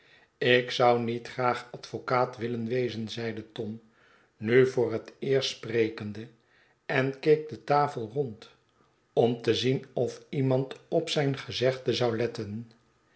ik zou niet graag advocaat willen wezen zeide tom nu voor het eerst sprekende en keek de tafel rond om te zien of iemand op zijn gezegde zou letten